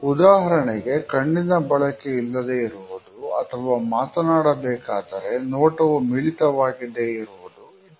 ಉದಾಹರಣೆಗೆ ಕಣ್ಣಿನ ಬಳಕೆ ಇಲ್ಲದೆ ಇರುವುದು ಅಥವಾ ಮಾತನಾಡಬೇಕಾದರೆ ನೋಟವು ಮಿಳಿತವಾಗಿದೆ ಇರುವುದು ಇತ್ಯಾದಿ